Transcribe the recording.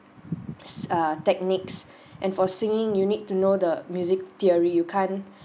uh techniques and for singing you need to know the music theory you can't